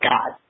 God